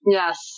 yes